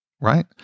right